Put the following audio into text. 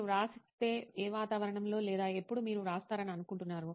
మీరు వ్రాస్తే ఏ వాతావరణంలో లేదా ఎప్పుడు మీరు వ్రాస్తారని అనుకుంటున్నారు